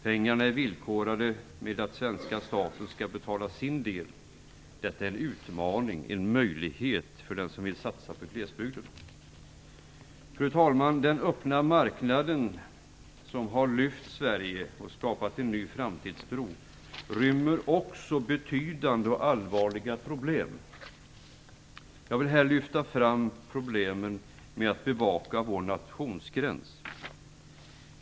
Pengarna är villkorade genom att svenska staten skall betala sin del. Detta är en utmaning och en möjlighet för den som vill satsa på glesbygden. Fru talman! Den öppna marknaden som har lyft Sverige och skapat en ny framtidstro rymmer också betydande och allvarliga problem. Jag vill här lyfta fram problemen med att bevaka vår nationsgräns.